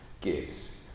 gives